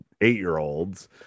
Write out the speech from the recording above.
eight-year-olds